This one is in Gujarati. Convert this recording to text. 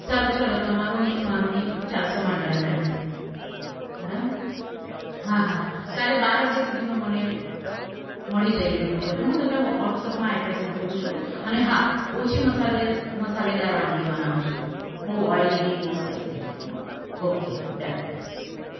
સારું ચાલો તમારું નહીં ને મારું નહીં ચારસોમાં ડન રાખીએ બરાબર હા હા કાલે બાર વાગ્યા સુધીમાં મને મળી જાય એ રીતનું કરજો હું તમને વોટ્સએપમાં એડ્રેસ મોકલું છું અને હા ઓછી મસાલેદે મસાલેદાર વાનગી બનાવજો બહુ ઓઈલી નહીં બહુ સ્પાઇસી નહીં હો ઓકે ડન